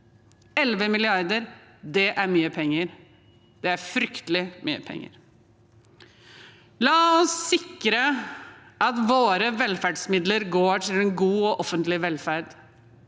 11 mrd. kr er mye penger – det er fryktelig mye penger. La oss sikre at våre velferdsmidler går til en god og offentlig velferd.